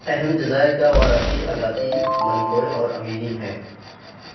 اہم جزائر کاواراتی اگاتی منیکوئے اور امینی ہیں